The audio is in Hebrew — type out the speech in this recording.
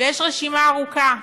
והרשימה ארוכה.